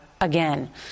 again